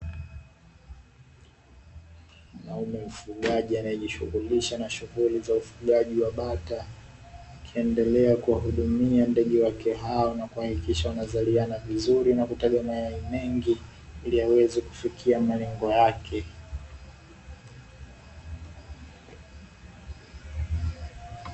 Mwanaume mfugaji anayejishughulisha na shughuli za ufugaji wa bata, akiendelea kuwahudumia ndege wake hao na kuhakikisha wanazaliana vizuri na kutaga mayai mengi ili aweze kufikia malengo yake.